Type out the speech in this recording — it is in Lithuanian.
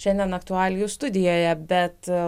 šiandien aktualijų studijoje bet